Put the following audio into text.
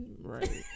Right